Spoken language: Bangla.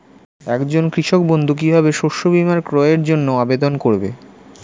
একজন কৃষক বন্ধু কিভাবে শস্য বীমার ক্রয়ের জন্যজন্য আবেদন করবে?